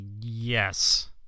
Yes